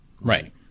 Right